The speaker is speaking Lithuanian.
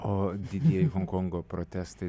o didieji honkongo protestai